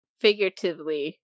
figuratively